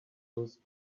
lose